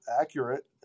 accurate